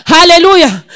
Hallelujah